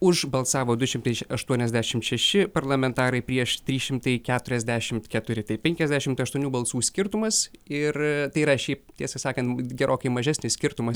už balsavo du šimtai aštuoniasdešim šeši parlamentarai prieš trys šimtai keturiasdešimt keturi tai penkiasdešimt aštuonių balsų skirtumas ir tai yra šiaip tiesą sakant gerokai mažesnis skirtumas